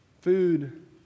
Food